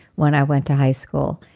when i went to high school.